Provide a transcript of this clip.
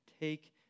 Take